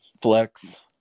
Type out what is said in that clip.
flex